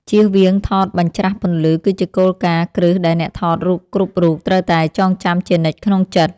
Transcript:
ចៀសវាងថតបញ្ច្រាសពន្លឺគឺជាគោលការណ៍គ្រឹះដែលអ្នកថតរូបគ្រប់រូបត្រូវតែចងចាំជានិច្ចក្នុងចិត្ត។